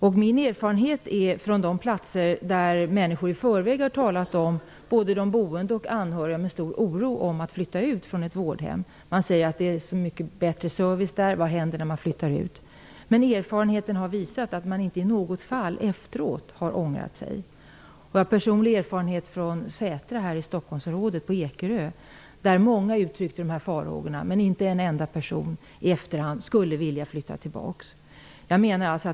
Både de boende och anhöriga på olika platser har i förväg talat om en stor oro för att flytta ut från ett vårdhem. De sade att det var så mycket bättre service där och undrade vad som skulle hända när de flyttade ut. Men erfarenheten har visat att man inte i något fall har ångrat sig efteråt. Jag har personlig erfarenhet från Sätra på Ekerö här i Stockholmsområdet. Där uttryckte många dessa farhågor, men inte en enda person skulle i efterhand vilja flytta tillbaka.